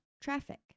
traffic